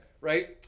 Right